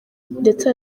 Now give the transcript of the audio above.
ndetse